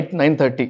9.30